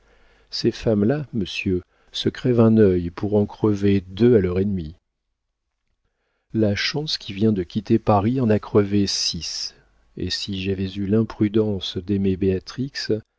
ces femmes-là monsieur se crèvent un œil pour en crever deux à leur ennemi la schontz qui vient de quitter paris en a crevé six et si j'avais eu l'imprudence d'aimer